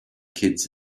kids